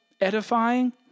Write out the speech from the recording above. edifying